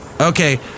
Okay